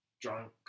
Drunk